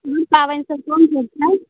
एहन पाबनि सब कोन कोन छै